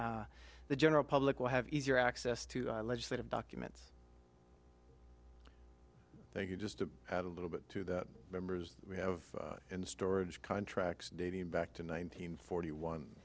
the general public will have easier access to legislative documents thank you just to add a little bit to that members we have in storage contracts dating back to nineteen forty one